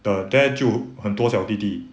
the there 就很多小弟弟